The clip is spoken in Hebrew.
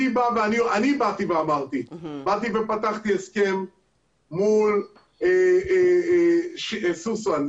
באתי ופתחתי הסכם מול סוסן.